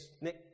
Nick